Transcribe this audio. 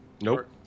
Nope